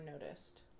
noticed